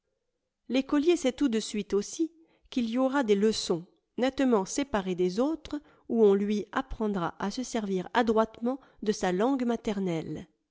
l'écolier sait tout de suite aussi qu'il y aura des leçons nettement séparées des autres où on lui apprendra à se servir adroitemont de sa langue maternelle